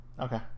Okay